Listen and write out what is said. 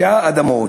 מפקיעה אדמות,